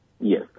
Yes